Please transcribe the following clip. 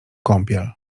kąpiel